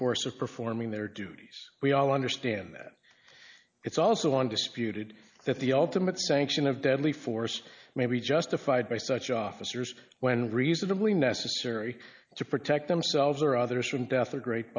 course of performing their duties we all understand that it's also undisputed that the ultimate sanction of deadly force may be justified by such officers when reasonably necessary to protect themselves or others from death or great